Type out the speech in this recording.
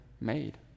made